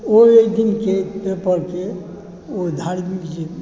तऽ ओहि एक दिनके पेपरके ओ धार्मिक जे